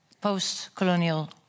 post-colonial